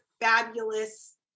fabulous